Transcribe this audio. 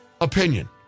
opinion